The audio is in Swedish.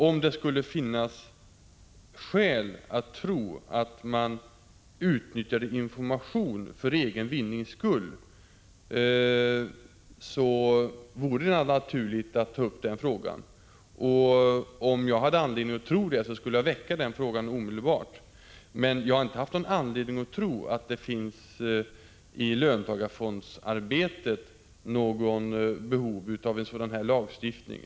Om det skulle finnas skäl att tro att man utnyttjade information för egen vinnings skull så vore det naturligt att ta upp den frågan. Om jag hade anledning att tro att fonddirektörerna utnyttjade given information skulle jag omedelbart väcka frågan. Men jag har inte haft anledning att tro att det i löntagarfondsarbetet finns behov av en sådan här reglering.